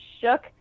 shook